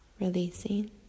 releasing